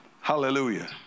Hallelujah